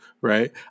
Right